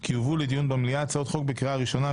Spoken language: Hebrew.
כי יובאו לדיון במליאה הצעות חוק בקריאה הראשונה,